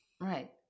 Right